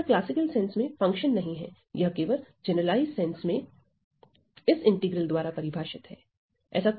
लेकिन यह classical sense में फंक्शन नहीं है यह केवल जनरलाइज्ड सेंस में इस इंटीग्रल द्वारा परिभाषित है